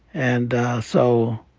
and so